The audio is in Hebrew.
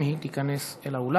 אם היא תיכנס אל האולם.